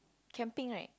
camping right